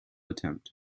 attempt